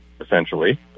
essentially